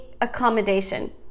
accommodation